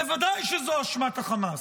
בוודאי שזאת אשמת החמאס,